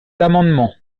amendement